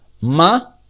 Ma